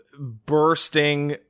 bursting